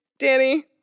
Danny